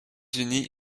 unis